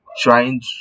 trying